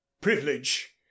privilege